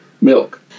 milk